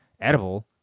edible